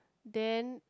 then